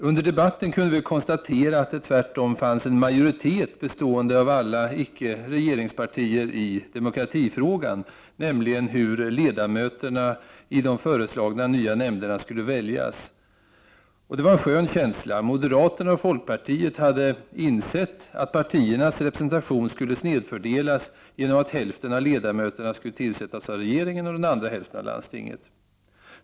Under debatten kunde vi konstatera att det tvärtom fanns en majoritet bestående av alla icke-regeringspartier i demokratifrågan, nämligen hur ledamöterna i de föreslagna nya nämnderna skulle väljas. Och det var en skön känsla! Moderaterna och folkpartiet hade insett att partiernas representation skulle snedfördelas genom att hälften av ledamöterna skulle tillsättas av regeringen och den andra hälften av landstinget.